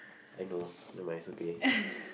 I know never mind is okay